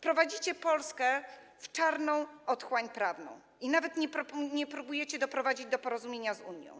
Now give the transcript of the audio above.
Prowadzicie Polskę w czarną otchłań prawną i nawet nie próbujecie doprowadzić do porozumienia z Unią.